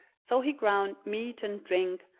so he ground meat and drink,